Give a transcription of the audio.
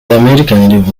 american